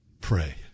pray